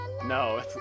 No